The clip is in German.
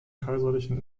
kaiserlichen